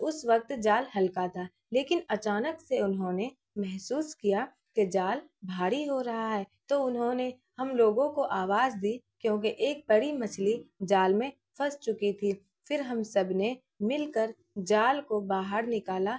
اس وقت جال ہلکا تھا لیکن اچانک سے انہوں نے محسوس کیا کہ جال بھاری ہو رہا ہے تو انہوں نے ہم لوگوں کو آواز دی کیونکہ ایک بڑی مچھلی جال میں پھنس چکی تھی پھر ہم سب نے مل کر جال کو باہر نکالا